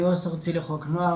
אני עו"ס ארצי לחוק נוער,